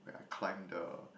where I climb the